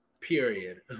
period